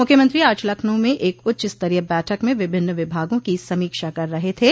मुख्यमंत्री आज लखनऊ में एक उच्चस्तरीय बैठक में विभिन्न विभागों की समीक्षा कर रहे थे